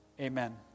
Amen